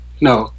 No